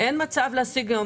אין מצב להשיג היום,